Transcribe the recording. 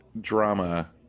drama